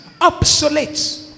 obsolete